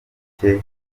cye